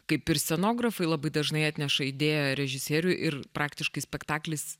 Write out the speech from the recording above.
kaip ir scenografui labai dažnai atneša idėją režisieriui ir praktiškai spektaklis